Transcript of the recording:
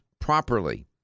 properly